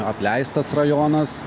apleistas rajonas